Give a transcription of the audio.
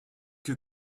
que